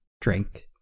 Drink